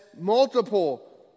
multiple